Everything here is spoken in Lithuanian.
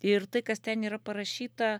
ir tai kas ten yra parašyta